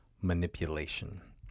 manipulation